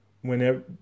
whenever